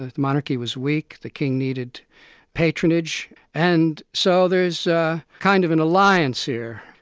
ah the monarchy was weak, the king needed patronage, and so there's kind of an alliance here.